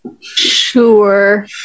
Sure